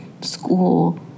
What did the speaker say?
school